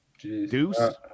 Deuce